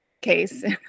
case